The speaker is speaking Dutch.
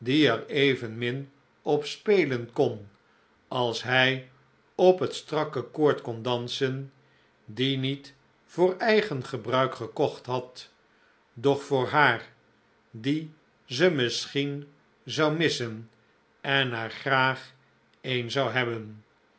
evenmin op spelen kon als hij op het strakke koord kon dansen die niet voor eigen gebruik gekocht had doch voor haar die ze misschien zou missen en er graag een zou hebben